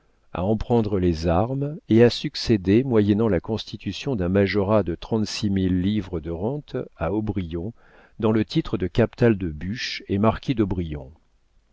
à en prendre les armes et à succéder moyennant la constitution d'un majorat de trente-six mille livres de rente à aubrion dans le titre de captal de buch et marquis d'aubrion